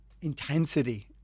intensity